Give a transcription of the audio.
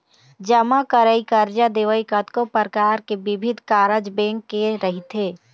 जमा करई, करजा देवई, कतको परकार के बिबिध कारज बेंक के रहिथे